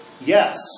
Yes